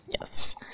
Yes